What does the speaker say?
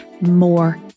more